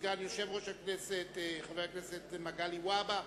סגן יושב-ראש הכנסת חבר הכנסת מגלי והבה,